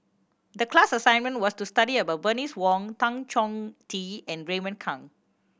the class assignment was to study about Bernice Wong Tan Chong Tee and Raymond Kang